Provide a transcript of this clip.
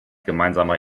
gemeinsamer